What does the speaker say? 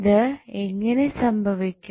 ഇത് എങ്ങനെ സംഭവിക്കും